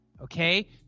okay